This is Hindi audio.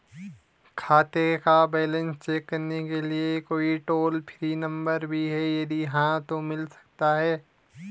खाते का बैलेंस चेक करने के लिए कोई टॉल फ्री नम्बर भी है यदि हाँ तो मिल सकता है?